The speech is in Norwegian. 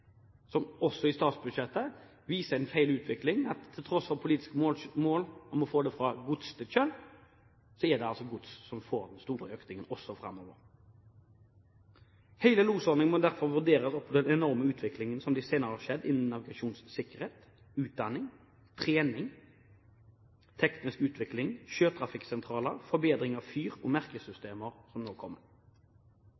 som også i statsbudsjettet viser en feil utvikling: at til tross for politiske mål om å få gods over fra vei til sjø er det altså vei som får den store økningen framover. Hele losordningen må derfor vurderes opp mot den enorme utviklingen som i de senere år har skjedd innen navigasjonssikkerhet, som utdanning, trening, teknisk utvikling, sjøtrafikksentraler, forbedring av fyr og